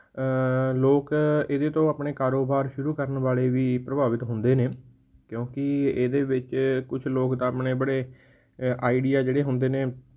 ਲੋਕ ਇਹਦੇ ਤੋਂ ਆਪਣੇ ਕਾਰੋਬਾਰ ਸ਼ੁਰੂ ਕਰਨ ਵਾਲੇ ਵੀ ਪ੍ਰਭਾਵਿਤ ਹੁੰਦੇ ਨੇ ਕਿਉਂਕਿ ਇਹਦੇ ਵਿੱਚ ਕੁਛ ਲੋਕ ਤਾਂ ਆਪਣੇ ਬੜੇ ਆਈਡੀਆ ਜਿਹੜੇ ਹੁੰਦੇ ਨੇ